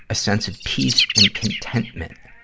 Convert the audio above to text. a sense of peace and contentment.